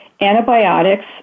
antibiotics